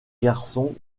garçons